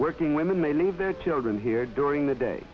working women they leave their children here during the day